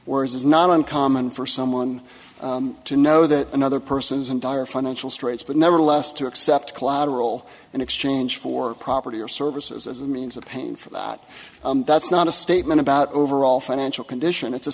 words is not uncommon for someone to know that another person is in dire financial straits but nevertheless to accept collateral in exchange for property or services as a means of paying for that that's not a statement about overall financial condition it's a